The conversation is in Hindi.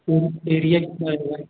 रूम का एरिया कितना रहेगा